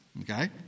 Okay